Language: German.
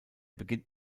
beginnt